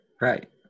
right